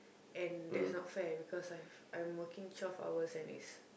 and that's not fair because I've I'm working twelve hours and it's